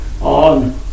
on